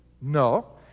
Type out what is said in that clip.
No